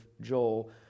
Joel